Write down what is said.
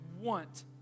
want